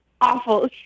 awful